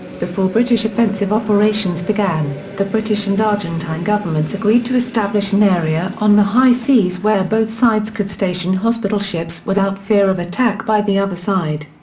before british offensive operations began, the british and argentine governments agreed to establish an area on the high seas where both sides could station hospital ships without fear of attack by the other side.